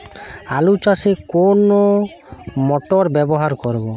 আলু চাষে কোন মোটর ব্যবহার করব?